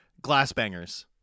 glass-bangers